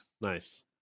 Nice